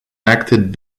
acted